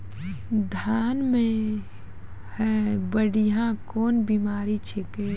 धान म है बुढ़िया कोन बिमारी छेकै?